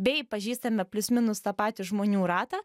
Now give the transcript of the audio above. bei pažįstame plius minus ta patį žmonių ratą